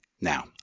Now